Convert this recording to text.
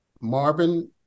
Marvin